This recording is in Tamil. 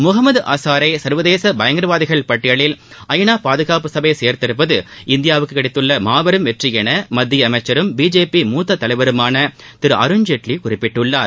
முகம்மது அசாரை சர்வதேச பயங்கரவாதிகள் பட்டியலில் ஐநா பாதுகாப்பு சபை சேர்த்திருப்பது இந்தியாவுக்கு கிடைத்துள்ள மாபெரும் வெற்றி என மத்திய அமைச்சரும் பிஜேபி மூத்த தலைவருமான திரு அருண்ஜேட்லி குறிப்பிட்டுள்ளார்